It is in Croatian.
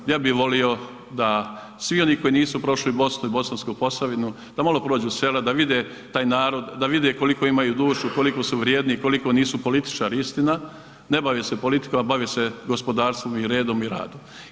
Ja bih volio da svi oni koji nisu prošli Bosnu i Bosansku Posavinu da malo prođu sela, da vide taj narod, da vide koliko imaju dušu, koliko su vrijedni i koliko nisu političari, istina, ne bave se politikom a bave se gospodarstvom i redom i radom.